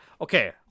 Okay